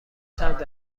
چند